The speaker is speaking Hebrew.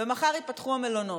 ומחר ייפתחו המלונות.